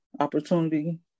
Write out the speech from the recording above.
opportunity